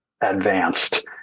advanced